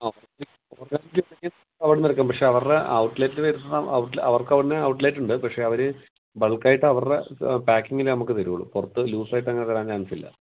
organic അവിടെ നിന്ന് എടുക്കാം പക്ഷേ അവരുടെ ഔട്ട്ലെറ്റ് വരുന്നത് അവർക്ക് അവിടെ നിന്ന് ഔട്ട്ലെറ്റ് ഉണ്ട് പക്ഷേ അവർ ബൾക്കായിട്ട് അവരുടെ പാക്കിങ്ങിലെ നമുക്ക് തരുള്ളൂ പുറത്ത് ലൂസ് ആയിട്ട് അങ്ങനെ തരാൻ ചാൻസ് ഇല്ല